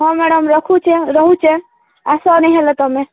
ହଁ ମ୍ୟାଡ଼ାମ୍ ରଖୁଛେ ରହୁଛେ ଆସ ଭାରି ହେଲ ତୁମେ